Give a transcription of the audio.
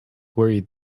worried